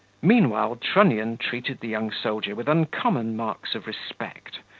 meanwhile trunnion treated the young soldier with uncommon marks of respect,